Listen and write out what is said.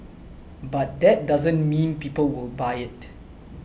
but that doesn't mean people will buy it